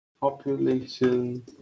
Population